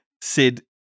Sid